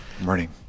Morning